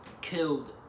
killed